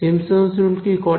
Simpson's rule কি করে